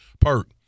Perk